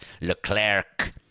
Leclerc